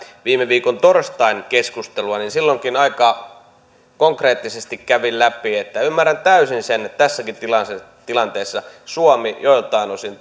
viime viikon torstain keskustelua niin silloinkin aika konkreettisesti kävin läpi sen että ymmärrän täysin sen että tässäkin tilanteessa tilanteessa suomi joiltain osin